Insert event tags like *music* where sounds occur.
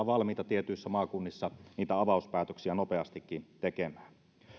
*unintelligible* valmiita tietyissä maakunnissa niitä avauspäätöksiä nopeastikin tekemään